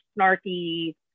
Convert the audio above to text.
snarky